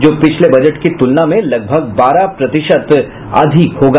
जो पिछले बजट की तुलना में लगभग बारह प्रतिशत अधिक होगा